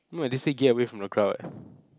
no eh they say get away from the crowd